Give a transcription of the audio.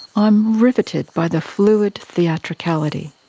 i'm riveted by the fluid theatricality.